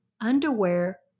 underwear